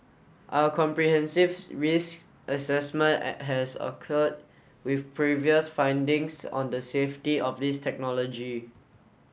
our comprehensives risk assessment at has occurred with previous findings on the safety of this technology